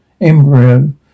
embryo